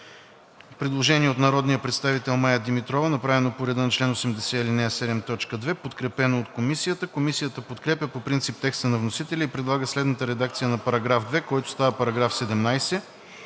Предложение на народния представител Мая Димитрова, направено по реда на чл. 80, ал. 7, т. 2 от ПОДНС, подкрепено от Комисията. Комисията подкрепя по принцип текста на вносителя и предлага следната редакция на § 2, който става § 17: „§ 17.